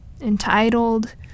entitled